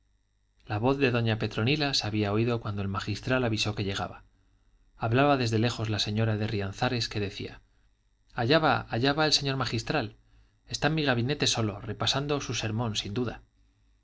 la voz de doña petronila se había oído cuando el magistral avisó que llegaba hablaba desde lejos la señora de rianzares que decía allá va allá va el señor magistral está en mi gabinete solo repasando su sermón sin duda